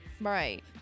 Right